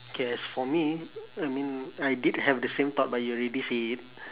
okay as for me I mean I did have the same thought but you already say it